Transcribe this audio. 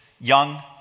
young